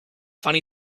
funny